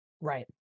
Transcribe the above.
Right